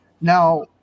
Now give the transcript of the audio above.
now